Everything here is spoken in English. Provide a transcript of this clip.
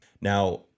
Now